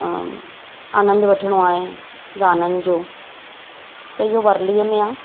आनंदु वठिणो आहे गाननि जो त इहो वर्लीअ में आहे